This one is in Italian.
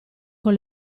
con